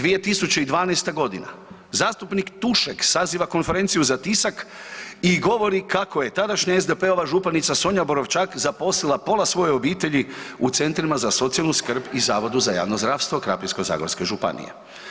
2012. g., zastupnik Tušek saziva konferenciju za tisak i govori kako je tadašnja SDP-ova županica Sonja Borovčak zaposlila pola svoje obitelji u centrima za socijalnu skrb i Zavodu za javno zdravstvo Krapinsko-zagorske županije.